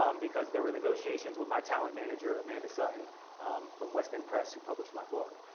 um because there were negotiations with my talent manager, amanda sutton from west end press, who published my book.